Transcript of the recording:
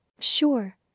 Sure